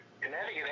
Connecticut